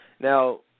Now